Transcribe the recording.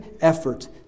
effort